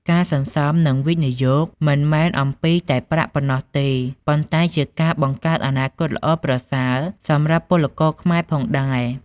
ការសន្សំ និងវិនិយោគមិនមែនអំពីតែប្រាក់ប៉ុណ្ណោះទេ ប៉ុន្តែជាការបង្កើតអនាគតល្អប្រសើរសម្រាប់ពលករខ្មែរផងដែរ។